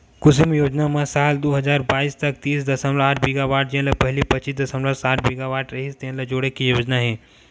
कुसुम योजना म साल दू हजार बाइस तक तीस दसमलव आठ गीगावाट जेन ल पहिली पच्चीस दसमलव सात गीगावाट रिहिस तेन ल जोड़े के योजना हे